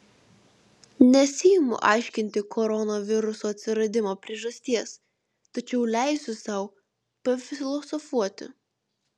nesiimu aiškinti koronaviruso atsiradimo priežasties tačiau leisiu sau pafilosofuoti